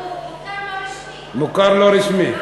אבל הוא מוכר לא רשמי.